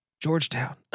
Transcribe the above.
Georgetown